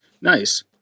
Nice